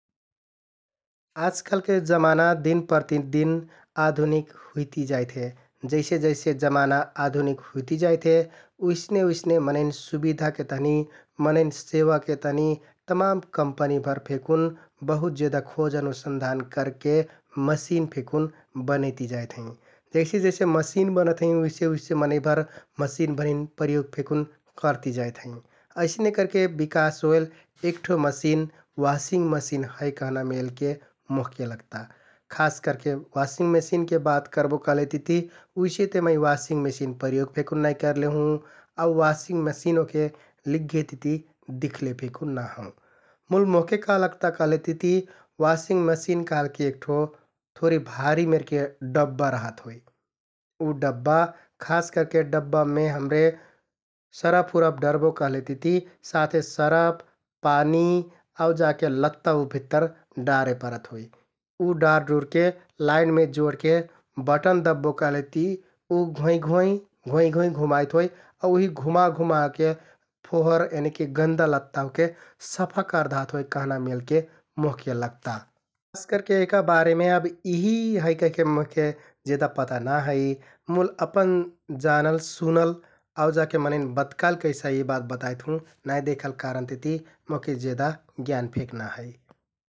आजकालके जमाना दिन प्रतिदिन आधुनिक हुइति जाइथे । जैसे जैसे जमाना आधुनिक हुइति जाइथे उइसने उइसने मनैंन सुबिधाके तहनि, मनैंन सेवाके तहनि तमान कम्पनिभर फेकुन बहुत जेदा खोज अनुसन्धान करके मसिन फेकुन बनैति जाइत हैं । जइसे जइसे मसिन बनत हैं उइसे उइसे मनैंभर मसिनभरिन प्रयोग फेकुन करति जाइत हैं । अइसने करके बिकास होइल एक ठो मसिन वासिङ्ग मेसिन है कहना मेलके मोहके लगता । खास करके वासिङ्ग मेसिनके बात करबो कहलेतिति उइसे ते मै वासिङ्ग मेसिन प्रयोग फेकुन नाइ करके हौं आउ वासिङ्ग मसिन ओहके लिग्घेतिति दिख्ले फेकुन ना हौं । मुल मोहके का लगता कहलेतिति वासिङ्ग मसिन कहलके एक ठो थोरि भारि मेरके डब्बा रहत होइ । उ डब्बा खास करके डब्बामे हमरे सरफ उरफ डरबो कहलेतिति साथे सरफ, पानी आउ जाके लत्ता उ भित्तर डारे परत होइ । उ डारडुरके लाइनमे जोडके बटन दब्बो कहलेति उ घोंइ घोंइ - घोंइ घोंइ घुमाइत होइ आउ उहि घुमा घुमाके फोहोर यनिकि गन्दा लत्ता ओहके सफा करदहत होइ कहना मोहके लगता । खास करके यहका बारेमे अब यिहि होइ कहना मोहके जेदा पता ना है मुल अपन जानल, सुनल आउ जाके मनैंन बत्काइल कैसा यि बात बताइत हुँ । नाइ देखल कारण कारणतिति मोहके जेदा ज्ञान फेक नाइ है ।